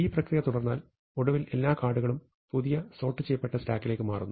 ഈ പ്രക്രിയ തുടർന്നാൽ ഒടുവിൽ എല്ലാ കാർഡുകളും പുതിയ സോർട്ട് ചെയ്യപ്പെട്ട സ്റ്റാക്കിലേക്ക് മാറുന്നു